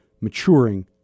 maturing